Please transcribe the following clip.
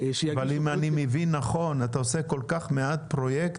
--- אבל אם אני מבין נכון אתה עושה כל כך מעט פרויקטים,